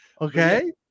okay